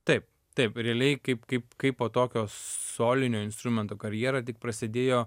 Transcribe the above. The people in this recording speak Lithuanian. taip taip realiai kaip kaip kaip po tokio solinio instrumento karjera tik prasidėjo